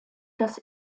das